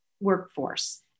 workforce